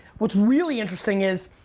which really interesting is,